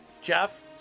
Jeff